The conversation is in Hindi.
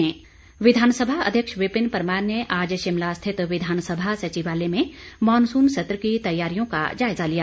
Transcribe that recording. विधानसभा सत्र विधानसभा अध्यक्ष विपिन परमार ने आज शिमला स्थित विधानसभा सचिवालय में मॉनसून सत्र की तैयारियों का जायजा लिया